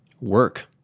work